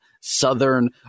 Southern